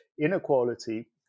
inequality